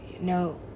no